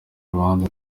urubanza